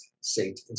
Saint